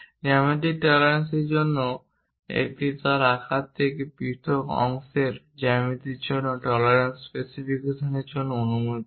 জ্যামিতিক টলারেন্সস জন্য এটি তার আকার থেকে পৃথক অংশের জ্যামিতির জন্য টলারেন্সস স্পেসিফিকেশনের জন্য অনুমতি দেয়